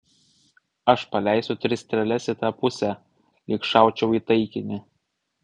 aš paleisiu tris strėles į tą pusę lyg šaučiau į taikinį